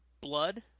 blood